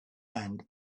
and